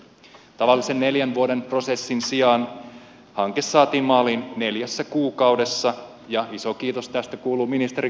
tavallisen neljän vuoden prosessin sijaan hanke saatiin maaliin neljässä kuukaudessa ja iso kiitos tästä kuuluu ministeri grahn laasoselle